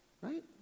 right